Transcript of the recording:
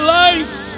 life